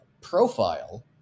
Profile